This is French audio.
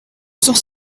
sors